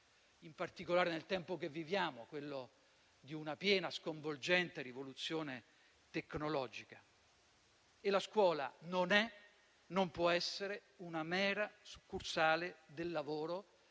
in particolare nel tempo che viviamo, quello di una piena e sconvolgente rivoluzione tecnologica. La scuola non è e non può essere una mera succursale del lavoro,